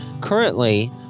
currently